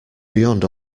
beyond